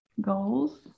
goals